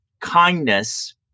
kindness